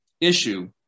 issue